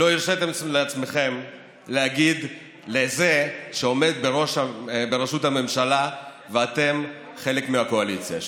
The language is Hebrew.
לא הרשיתם לעצמכם להגיד לזה שעומד בראש הממשלה ואתם חלק מהקואליציה שלו.